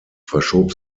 verschob